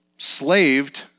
slaved